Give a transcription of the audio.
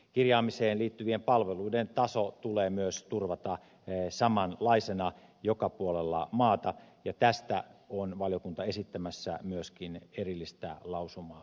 kirjaamiseen liittyvien palveluiden taso tulee myös turvata samanlaisena joka puolella maata ja tästä on valiokunta esittämässä myöskin erillistä lausumaehdotusta